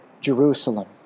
Jerusalem